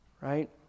right